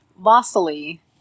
Vasily